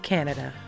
Canada